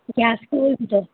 ꯒ꯭ꯌꯥꯁꯀꯤ ꯑꯣꯏꯕꯗꯣ